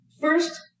first